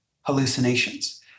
hallucinations